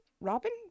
Robin